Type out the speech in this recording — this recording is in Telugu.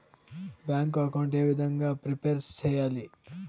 బ్యాంకు అకౌంట్ ఏ విధంగా ప్రిపేర్ సెయ్యాలి?